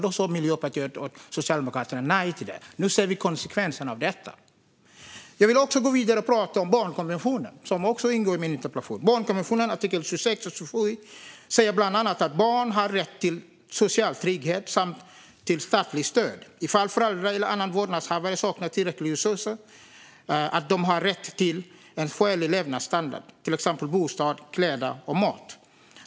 Det sa Miljöpartiet och Socialdemokraterna nej till. Nu ser vi konsekvensen av det. Jag vill gå vidare och tala om barnkonventionen, som jag också tog upp i min interpellation. Barnkonventionens artiklar 26 och 27 säger bland annat att barn har rätt till social trygghet och rätt till statligt stöd ifall föräldrar eller annan vårdnadshavare saknar tillräckliga resurser, liksom rätt till en skälig levnadsstandard, till exempel bostad, kläder och mat.